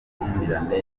amakimbirane